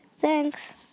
Thanks